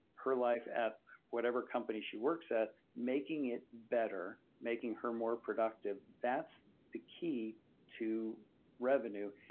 her life at whatever company she works at, making it better, making her more productive. that's the key to revenue.